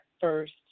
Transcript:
first